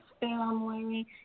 family